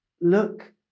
Look